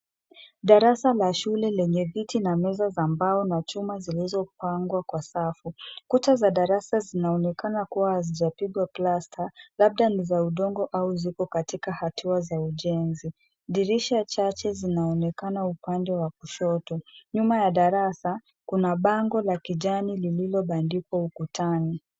Darasa la shule lenye viti na meza za mbao na chuma zilizopangwa kwa safu. Kuta za darasa zinaonekana kuwa hazijapigwa plasta, labda ni za udongo au ziko katika hatua za ujenzi. Dirisha chache zinaonekana upande wa kushoto. Nyuma ya darasa, kuna bango la kijani lililobandikwa ukutani.